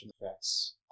effects